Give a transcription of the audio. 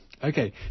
Okay